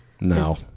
No